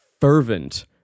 fervent